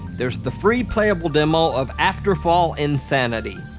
there's the free playable demo of afterfall insanity,